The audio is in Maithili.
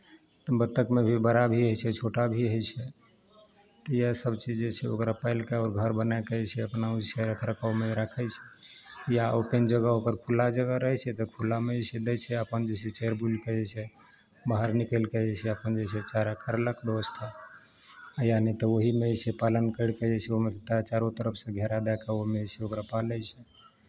तऽ बत्तखमे भी बड़ा भी होइ छै छोटा भी होइ छै तऽ इएह सभचीज जे छै ओकरा पालि कऽ आओर घर बनाए कऽ जे छै अपना जे छै रख रखावमे राखै छै या ओपेन जगह ओकर खुला जगह रहै छै तऽ खुलामे जे छै दै छै अपन जे छै चरि बुलि कऽ जे छै बाहर निकलि कऽ जे छै अपन जे छै चारा करलक व्यवस्था या नहि तऽ ओहिमे जे छै पालन करि कऽ जे छै ओहिमे तऽ चारू तरफसँ घेरा दए कऽ ओहिमे जे छै ओकरा पालै छै